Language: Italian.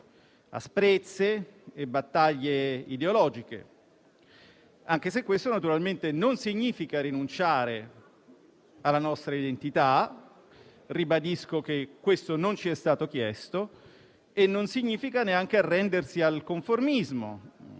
asprezze e battaglie ideologiche, anche se ciò naturalmente non significa rinunciare alla nostra identità (ribadisco che questo non ci è stato chiesto), né arrendersi al conformismo